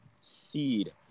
seed